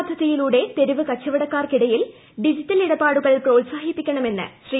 പദ്ധതിയിലൂടെ തെരുവ് കച്ചവടക്കാർക്കിടയിൽ ഡിജിറ്റൽ ഇടപാടുകൾ പ്രോത്സാഹിപ്പിക്കണമെന്ന ശ്രീ